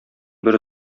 бере